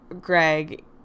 Greg